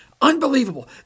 Unbelievable